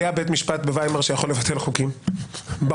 היה בית משפט בוויימאר שיכול לבטל חוקים בחוקה,